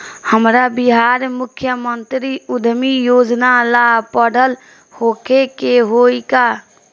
हमरा बिहार मुख्यमंत्री उद्यमी योजना ला पढ़ल होखे के होई का?